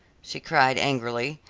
she cried angrily.